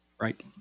Right